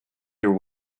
your